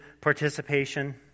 participation